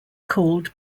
called